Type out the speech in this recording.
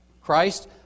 Christ